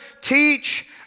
teach